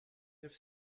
have